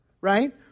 right